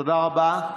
תודה רבה.